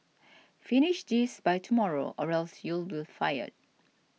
finish this by tomorrow or else you'll be fired